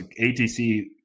ATC